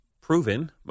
proven